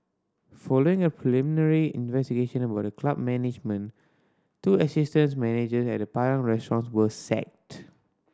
following a preliminary investigation by the club management two assistants manager at the Padang Restaurant were sacked